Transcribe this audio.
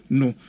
no